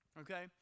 okay